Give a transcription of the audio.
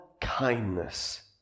kindness